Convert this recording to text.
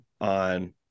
on